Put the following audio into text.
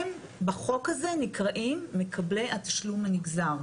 הם בחוק הזה נקראים מקבלי התשלום הנגזר.